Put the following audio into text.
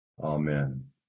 Amen